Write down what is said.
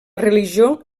religió